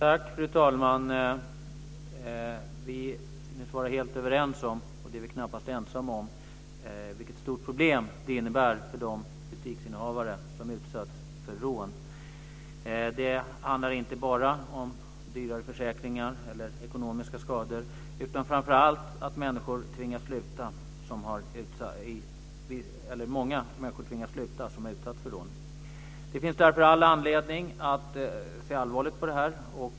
Fru talman! Vi synes vara helt överens om, och det är vi knappast ensamma om, vilket stort problem det innebär för butiksinnehavare att utsättas för rån. Det handlar inte bara om dyrare försäkringar eller ekonomiska skador, utan framför allt om att många människor som har utsatts för rån tvingas sluta. Det finns därför all anledning att se allvarligt på detta.